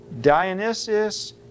Dionysius